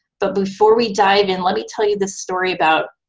but before we dive in let me tell you this story about